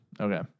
Okay